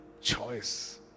choice